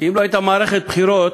כי אם לא הייתה מערכת בחירות,